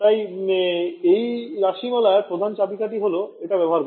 তাই এই রাশিমালার প্রধান চাবিকাঠি হল এটা ব্যবহার করা